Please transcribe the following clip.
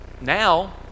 now